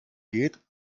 geht